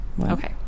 Okay